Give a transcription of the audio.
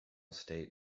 state